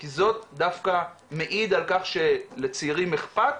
כי זה דווקא מעיד על זה שלצעירים אכפת,